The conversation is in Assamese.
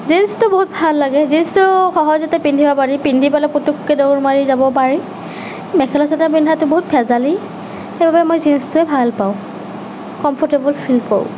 জিন্সটো বহুত ভাল লাগে জিন্সটো সহজতে পিন্ধিব পাৰি পিন্ধি পেলাই পুতুককৈ দৌৰ মাৰি যাব পাৰি মেখেলা চাদৰ পিন্ধাটো বহুত ভেজালী সেইবাবে মই জিন্সটোৱে ভাল পাওঁ কমফৰ্টেবল ফিল কৰোঁ